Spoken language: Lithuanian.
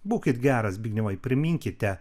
būkit geras zbignevai priminkite